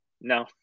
No